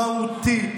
מהותית,